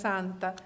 Santa